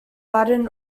latin